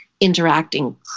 interacting